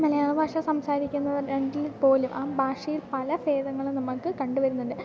മലയാളഭാഷ സംസാരിക്കുന്നുണ്ടെങ്കിൽ പോലും ആ ഭാഷയിൽ പല ഭേദങ്ങളും നമുക്ക് കണ്ടു വരുന്നുണ്ട്